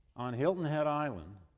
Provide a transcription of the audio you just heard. on hilton head island,